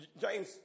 James